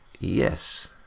Yes